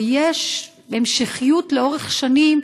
ויש המשכיות לאורך שנים,